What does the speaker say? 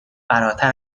فراتر